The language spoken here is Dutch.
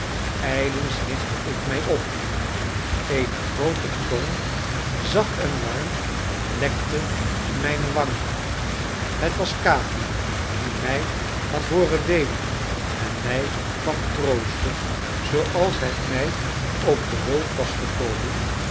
ijlings richtte ik mij op eene groote tong zacht en warm lekte mijne wangen het was capi die mij had hooren weenen en mij kwam troosten zooals hij mij ook te hulp was gekomen